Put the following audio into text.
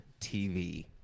TV